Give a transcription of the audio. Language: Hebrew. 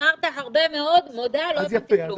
אמרת הרבה מאוד מודה, לא הבנתי כלום.